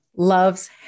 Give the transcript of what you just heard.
Loves